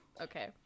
okay